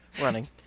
running